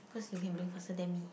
cause you can bring faster than me